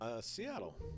Seattle